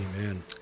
Amen